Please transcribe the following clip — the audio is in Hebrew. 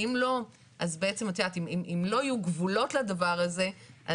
אם לא יהיו גבולות לדבר הזה,